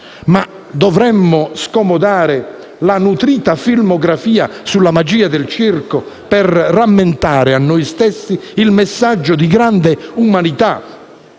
Dovremmo scomodare la nutrita filmografia sulla magia del circo per rammentare a noi stessi il messaggio di grande umanità